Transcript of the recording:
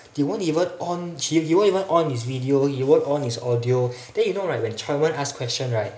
he won't even on he won't even on his video he won't on his audio then you know right when chandran ask question right